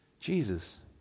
Jesus